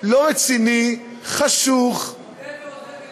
לא רציני, חשוך, מודה ועוזב ירוחם.